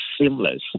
seamless